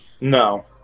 no